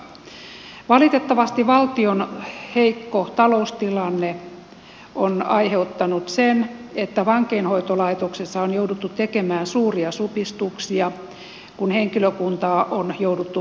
valitettavasti valtion heikko taloustilanne on aiheuttanut sen että vankeinhoitolaitoksessa on jouduttu tekemään suuria supistuksia kun henkilökuntaa on jouduttu vähentämään